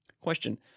Question